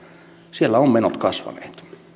siellä ovat menot kasvaneet